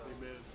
amen